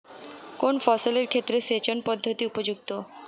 কোন ফসলের ক্ষেত্রে সেচন পদ্ধতি উপযুক্ত?